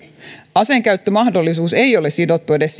aseenkäyttömahdollisuus ei ole sidottu edes